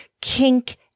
kink